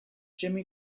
jimmy